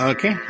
Okay